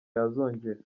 yazongera